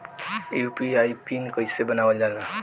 UPI PIN कइसे बनावल जाला?